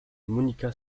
monika